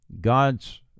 God's